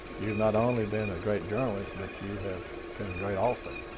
you've not only been a great journalist but you have been a great author,